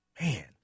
Man